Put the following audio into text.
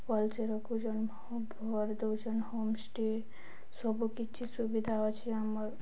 ପରିଚୟ ରଖୁଛନ୍ ଭରି ଦେଉଛନ୍ ହୋମଷ୍ଟେ ସବୁ କିଛି ସୁବିଧା ଅଛି ଆମର